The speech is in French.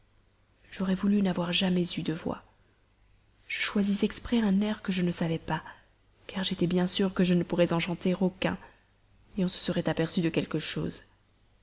j'aurais voulu n'avoir jamais eu de voix je choisis exprès un air que je ne savais pas car j'étais bien sûre que je ne pourrais en chanter aucun on se serait aperçu de quelque chose